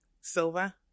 silver